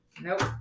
Nope